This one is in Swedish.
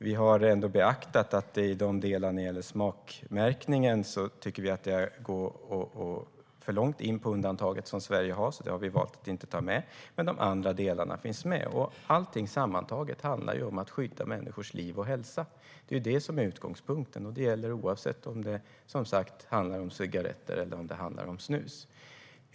Vi har ändå beaktat att i de delar som gäller smakmärkningen tycker vi att det går för långt in på det undantag som Sverige har, så det har vi valt att inte ta med. Men de andra delarna finns med, och allting sammantaget handlar om att skydda människors liv och hälsa. Det är det som är utgångspunkten, och det gäller oavsett om det handlar om cigaretter eller snus.